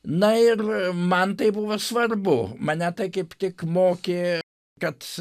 na ir man tai buvo svarbu mane tai kaip tik mokė kad